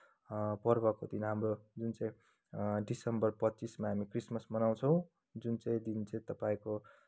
पर्वको दिन हाम्रो जुन चाहिँ डिसम्बर पच्चिसमा हामी क्रिसमस मनाउँछौँ जुन चाहिँ दिन चाहिँ तपाईँको